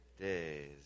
days